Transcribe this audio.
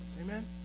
Amen